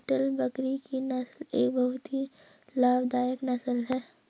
beetle बकरी की नस्ल एक बहुत ही लाभदायक नस्ल है